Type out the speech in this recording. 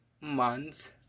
months